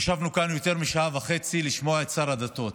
ישבנו כאן יותר משעה וחצי לשמוע את שר הדתות.